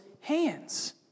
hands